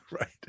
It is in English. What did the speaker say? Right